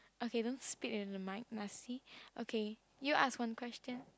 okay don't spit into the mic must see okay you ask one question